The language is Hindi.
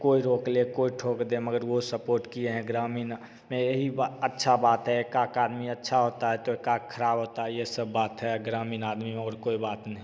कोई रोक ले कोई ठोक दे मगर वो सपोर्ट किए हैं ग्रामीण मैं यही बा अच्छा बात है का का आदमी अच्छा होता है तो का ख़राब होता है ये सब बात है ग्रामीण आदमी और कोई बात नहीं